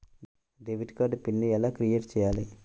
Debit card pin ఎలా create చెయ్యాలి?